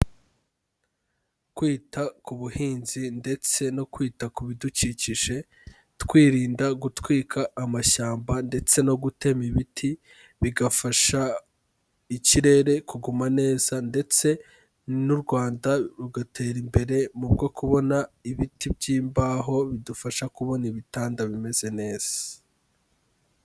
Kwita ku buhinzi ndetse no kwita ku bidukikije twirinda gutwika amashyamba ndetse no gutema ibiti, bigafasha ikirere kuguma neza ndetse n'u Rwanda rugatera imbere mu bwo kubona ibiti by'imbaho bidufasha kubona ibitanda bimeze neza.